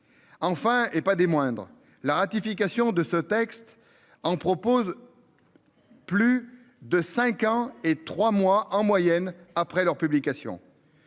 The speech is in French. Enfin, et pas des moindres, la ratification de ce texte en propose.-- Plus de 5 ans et trois mois en moyenne après leur publication.